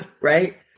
right